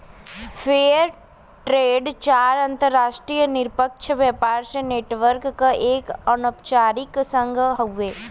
fair trade चार अंतरराष्ट्रीय निष्पक्ष व्यापार नेटवर्क क एक अनौपचारिक संघ हउवे